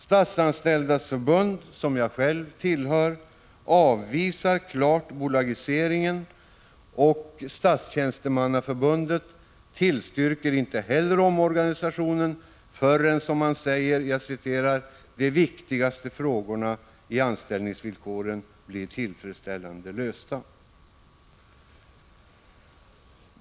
Statsanställdas förbund, som jag själv tillhör, avvisar klart bolagiseringen, och Statstjänstemannaförbundet tillstyrker inte heller omorganisationen förrän, som man säger, de viktigaste frågorna i anställningsvillkoren blir tillfredsställande lösta.